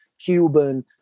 Cuban